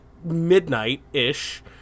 midnight-ish